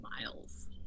miles